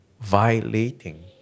violating